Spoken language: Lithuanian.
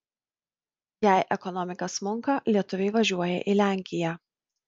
jei ekonomika smunka lietuviai važiuoja į lenkiją